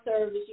service